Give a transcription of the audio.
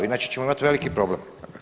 Inače ćemo imati veliki problem.